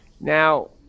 Now